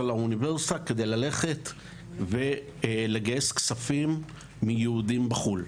על האוניברסיטה ללכת ולגייס כספים מיהודים בחו"ל.